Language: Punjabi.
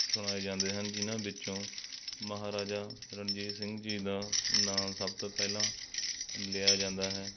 ਸੁਣਾਏ ਜਾਂਦੇ ਹਨ ਜਿਨ੍ਹਾਂ ਵਿੱਚੋਂ ਮਹਾਰਾਜਾ ਰਣਜੀਤ ਸਿੰਘ ਜੀ ਦਾ ਨਾਮ ਸਭ ਤੋਂ ਪਹਿਲਾਂ ਲਿਆ ਜਾਂਦਾ ਹੈ